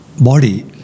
body